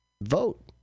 Vote